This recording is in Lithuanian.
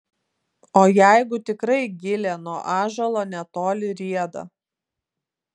o jeigu tikrai gilė nuo ąžuolo netoli rieda